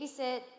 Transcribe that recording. babysit